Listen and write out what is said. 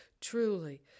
truly